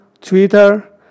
Twitter